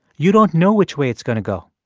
you don't know which way it's going to go.